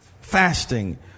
fasting